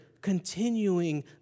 continuing